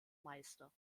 meister